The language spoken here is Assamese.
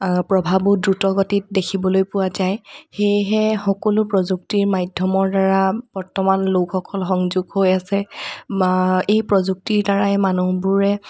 প্ৰভাৱো দ্ৰুতগতিত দেখিবলৈ পোৱা যায় সেয়েহে সকলো প্ৰযুক্তিৰ মাধ্যমৰ দ্বাৰা বৰ্তমান লোকসকল সংযোগ হৈ আছে এই প্ৰযুক্তিৰ দ্বাৰাই মানুহবোৰে